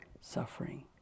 suffering